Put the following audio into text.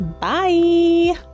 bye